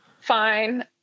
Fine